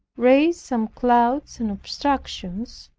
raise some clouds and obstructions,